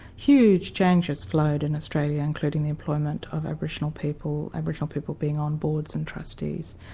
huge changes flowed in australia, including the employment of aboriginal people, aboriginal people being on boards and trustees,